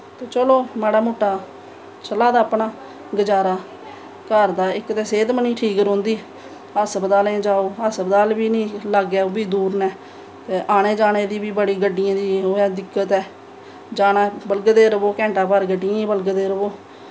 ते चलो माड़ा मुट्टा चला दा अपना गजारा घर दा इक ते सेह्त बी निं ठीक रौहंदी हस्पतालें जाओ हस्पताल बी निं लागै ओह् बी दूर न ते आने जाने दी बी बड़ी गड्डियें दी ते ओह् ऐ दिक्कत ऐ जाना बलगदे र'वो घैंटा भर गड्डियें ई बलगदे र'वो